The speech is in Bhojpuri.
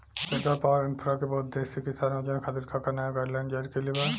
सरकार पॉवरइन्फ्रा के बहुउद्देश्यीय किसान योजना खातिर का का नया गाइडलाइन जारी कइले बा?